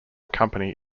company